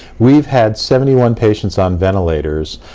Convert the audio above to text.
we've had seventy one patients on ventilators.